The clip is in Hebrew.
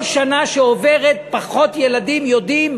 כל שנה שעוברת פחות ילדים יודעים,